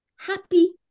happy